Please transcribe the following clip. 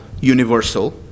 universal